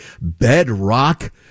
bedrock